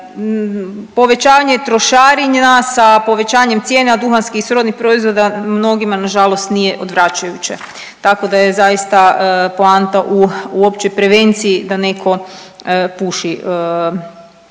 Povećanje trošarina sa povećanjem cijena duhanskih i srodnih proizvoda mnogima nažalost nije odvraćujuće, tako da je zaista poanta u uopće prevenciji da neko puši